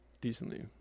Decently